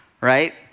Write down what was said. right